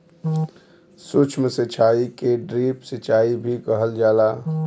सूक्ष्म सिचाई के ड्रिप सिचाई भी कहल जाला